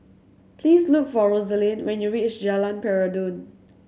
please look for Rosalyn when you reach Jalan Peradun